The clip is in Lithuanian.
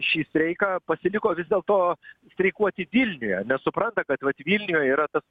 šį streiką pasiliko vis dėlto streikuoti vilniuje nes supranta kad vat vilniuje yra tas